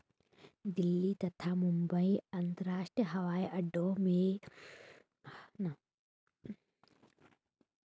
दिल्ली तथा मुंबई अंतरराष्ट्रीय हवाईअड्डो से भी कार्गो परिवहन बड़ी मात्रा में किया जाता है